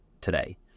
today